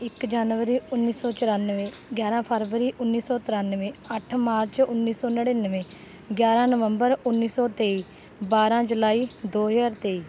ਇੱਕ ਜਨਵਰੀ ਉੱਨੀ ਸੌ ਚੁਰਾਨਵੇਂ ਗਿਆਰਾਂ ਫਰਵਰੀ ਉੱਨੀ ਸੌ ਤ੍ਰਿਆਨਵੇਂ ਅੱਠ ਮਾਰਚ ਉੱਨੀ ਸੌ ਨੜਿਨਵੇਂ ਗਿਆਰਾਂ ਨਵੰਬਰ ਉੱਨੀ ਸੌ ਤੇਈ ਬਾਰਾਂ ਜੁਲਾਈ ਦੋ ਹਜ਼ਾਰ ਤੇਈ